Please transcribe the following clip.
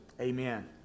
Amen